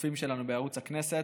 צופים שלנו בערוץ הכנסת,